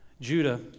Judah